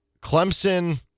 Clemson